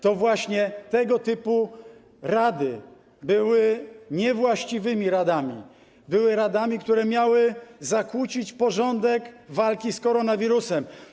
To właśnie tego typu rady były niewłaściwymi radami, były radami, które miały zakłócić porządek walki z koronawirusem.